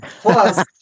Plus